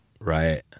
right